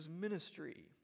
ministry